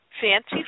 fancy